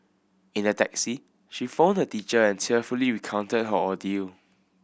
in the taxi she phoned a teacher and tearfully recounted her ordeal